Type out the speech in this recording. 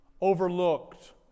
overlooked